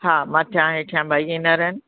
हा मथियां हेठियां ॿई इनर आहिनि